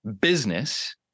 business